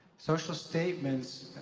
social statements,